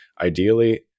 ideally